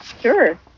Sure